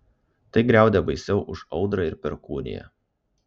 tai griaudė baisiau už audrą ir perkūniją